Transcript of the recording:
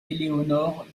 éléonore